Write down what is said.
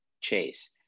chase